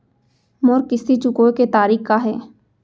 मोर किस्ती चुकोय के तारीक का हे?